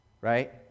right